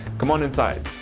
come on inside.